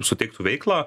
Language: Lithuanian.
suteiktų veiklą